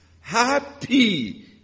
Happy